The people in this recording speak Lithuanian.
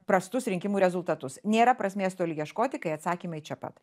prastus rinkimų rezultatus nėra prasmės toli ieškoti kai atsakymai čia pat